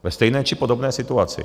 Ve stejné či podobné situaci.